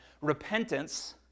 repentance